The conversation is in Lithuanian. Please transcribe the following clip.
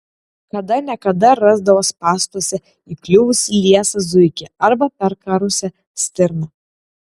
kada ne kada rasdavo spąstuose įkliuvusį liesą zuikį arba perkarusią stirną